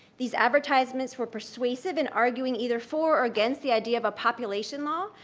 these advertisements were persuasive in arguing either for or against the idea of a population law,